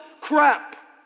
crap